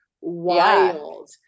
wild